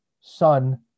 son